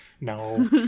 No